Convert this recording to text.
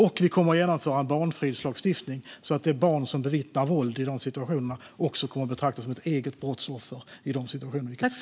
Vi kommer också att genomföra en barnfridslagstiftning, så att det barn som bevittnar våld i en sådan situation kommer att betraktas som ett eget brottsoffer. Detta stärker barnens rättigheter.